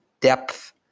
depth